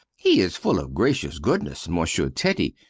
he is full of gracious goodness, monsieur teddy,